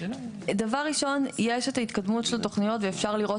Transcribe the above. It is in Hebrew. דבר ראשון יש את ההתקדמות של התוכניות ואפשר לראות